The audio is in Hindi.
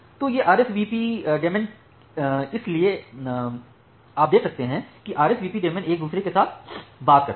तो ये RSVP डेमन इसलिए आप देख सकते हैं कि ये RSVP डेमॉन एक दूसरे के साथ बात करते हैं